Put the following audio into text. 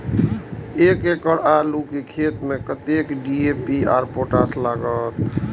एक एकड़ आलू के खेत में कतेक डी.ए.पी और पोटाश लागते?